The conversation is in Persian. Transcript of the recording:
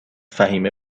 فهمیه